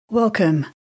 Welcome